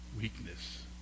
weakness